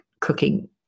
cooking